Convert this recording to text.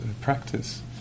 practice